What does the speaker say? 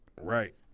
Right